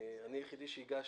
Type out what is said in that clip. אני היחיד שהגיש,